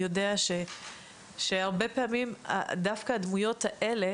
יודע שהרבה פעמים דווקא הדמויות האלה